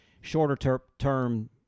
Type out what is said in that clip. shorter-term